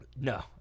No